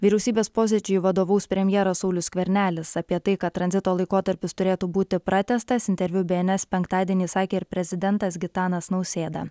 vyriausybės posėdžiui vadovaus premjeras saulius skvernelis apie tai kad tranzito laikotarpis turėtų būti pratęstas interviu bns penktadienį sakė ir prezidentas gitanas nausėda